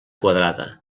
quadrada